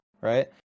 right